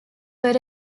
were